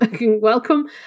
welcome